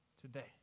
today